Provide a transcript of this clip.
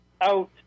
out